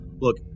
look